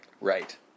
Right